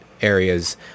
areas